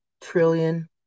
trillion